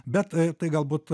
bet tai galbūt